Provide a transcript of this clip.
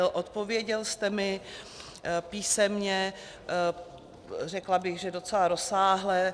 Odpověděl jste mi písemně, řekla bych, že docela rozsáhle.